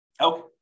Okay